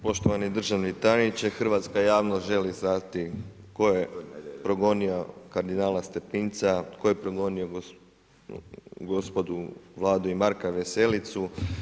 Poštovani državni tajniče, hrvatska javnost želi znati tko je progonio kardinala Stepinca, tko je progonio gospodu Vladu i Marka Veselicu.